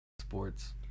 sports